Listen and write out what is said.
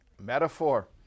metaphor